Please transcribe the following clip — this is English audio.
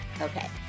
Okay